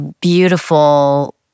beautiful